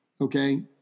Okay